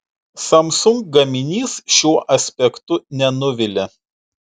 samsung gaminys šiuo aspektu nenuvilia